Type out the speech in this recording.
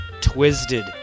Twisted